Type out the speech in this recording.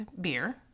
Beer